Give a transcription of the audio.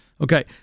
Okay